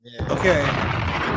okay